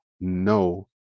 no